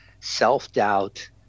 self-doubt